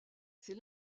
c’est